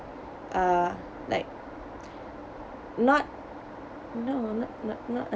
uh like not no not not uh